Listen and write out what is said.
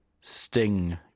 sting